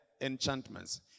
enchantments